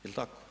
Je li tako?